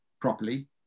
properly